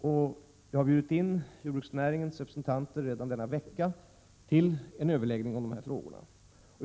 Jag har bjudit in jordbruksnäringens representanter redan denna vecka till överläggning om dessa frågor.